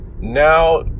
Now